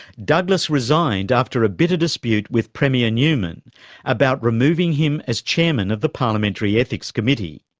douglas resigned after a bitter dispute with premier newman about removing him as chairman of the parliamentary ethics committee.